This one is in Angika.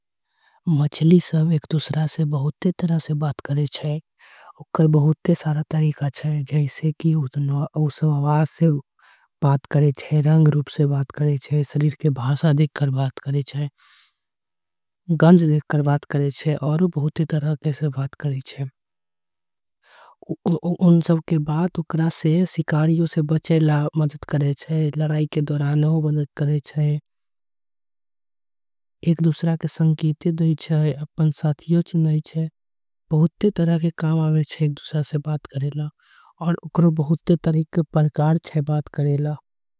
मछली सब एक दुसर से बहुते तरीका से बात करे छे। ओकर बहुते तरीका छे जैसे कि ओसो आवाज से। रंगरूप से बात करे छे गंध देके बात करे छे आऊ बहुत। ही तरीका से बात करे छे शिकारी से बचे ल बात करे छे। एक दूसरा के संकेते देई छे लड़ाई के दौरान मदद करे छे। साथियों चुने छे बहुत ही तरीका से एक दूसरा के कम। आवे छे। ऊ बहुते परकार छे बात करे ला।